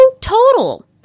Total